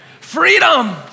Freedom